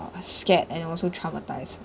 scared and also traumatised